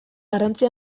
garrantzi